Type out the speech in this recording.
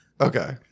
Okay